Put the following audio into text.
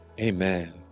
amen